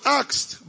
asked